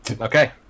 Okay